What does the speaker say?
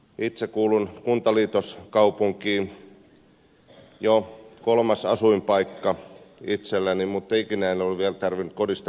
itse kuulun kuntaliitoskaupunkiin jo kolmas asuinpaikka itselläni mutta ikinä minun ei ole vielä tarvinnut kodista mihinkään muuttaa